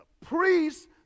priests